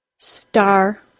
Star